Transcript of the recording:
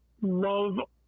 love